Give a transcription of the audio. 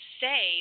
say